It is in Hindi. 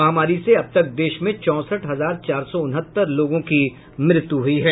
महामारी से अब तक देश में चौंसठ हजार चार सौ उनहत्तर लोगों की मृत्यू हुई है